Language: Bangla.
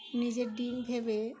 নিজের ডিম ভেবে